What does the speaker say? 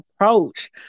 approach